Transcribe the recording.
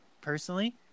personally